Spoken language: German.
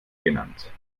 genannt